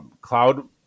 cloud